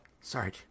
sorry